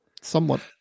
somewhat